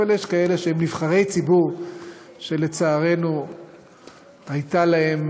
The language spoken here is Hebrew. אבל יש כאלה שהם נבחרי ציבור ולצערנו הייתה להם